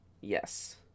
Yes